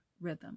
rhythm